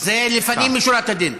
זה לפנים משורת הדין.